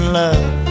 love